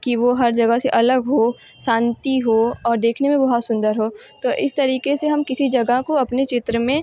कि वो हर जगह से अलग हो शांति हो और देखने में बहुत सुंदर हो तो इस तरीक़े से हम किसी जगह को अपने चित्र में